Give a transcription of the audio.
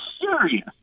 serious